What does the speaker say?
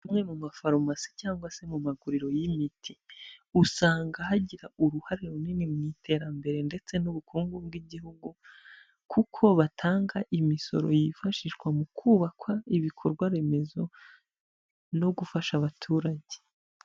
Amwe mu mafarumasi cyangwa se mu maguriro y'imiti usanga hagira uruhare runini mu iterambere ndetse n'ubukungu bw'igihugu, kuko batanga imisoro yifashishwa mu kubaka ibikorwa remezo no gufasha abaturage.